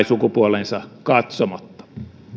sukupuoleensa katsomatta